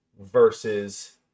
versus